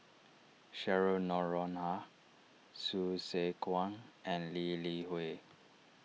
Cheryl Noronha Hsu Tse Kwang and Lee Li Hui